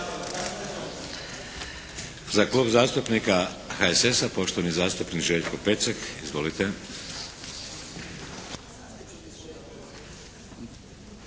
Za Klub zastupnika HSS-a, poštovani zastupnik Željko Pecek. Izvolite.